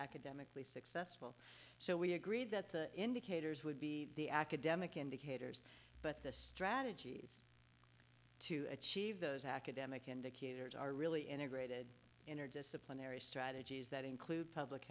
academically successful so we agreed that the indicators would be the academic indicators but the strategies to achieve those academic indicators are really integrated interdisciplinary strategies that include public